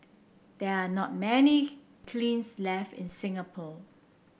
there are not many kilns left in Singapore